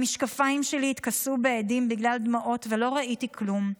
המשקפיים שלי התכסו באדים בגלל הדמעות ולא ראיתי כלום.